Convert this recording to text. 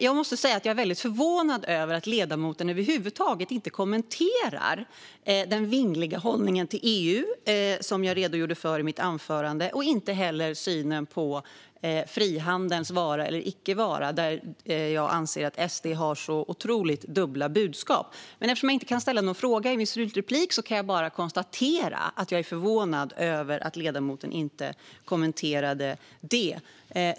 Jag måste säga att jag är väldigt förvånad över att ledamoten över huvud taget inte kommenterar den vingliga hållning till EU som jag redogjorde för i mitt anförande och inte heller synen på frihandelns vara eller icke vara, där jag anser att SD har dubbla budskap. Men eftersom jag inte kan ställa någon fråga i min slutreplik kan jag bara konstatera att jag är förvånad över att ledamoten inte kommenterade detta.